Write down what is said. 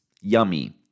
Yummy